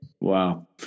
Wow